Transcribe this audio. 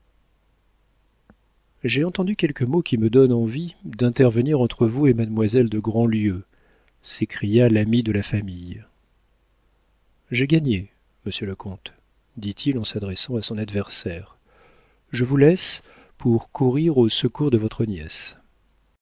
j'ai entendu quelques mots qui me donnent envie d'intervenir entre vous et mademoiselle de grandlieu s'écria l'ami de la famille j'ai gagné monsieur le comte dit-il en s'adressant à son adversaire je vous laisse pour courir au secours de votre nièce